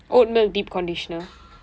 oatmeal deep conditioner